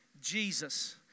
Jesus